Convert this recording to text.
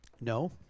no